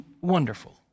wonderful